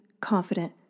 confident